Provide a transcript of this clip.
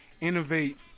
innovate